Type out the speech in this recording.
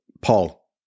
paul